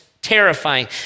terrifying